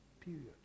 Period